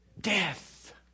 death